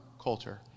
culture